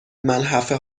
ملحفه